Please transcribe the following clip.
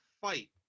fight